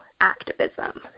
activism